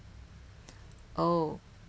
oh